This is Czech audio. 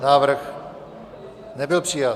Návrh nebyl přijat.